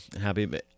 happy